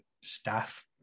staff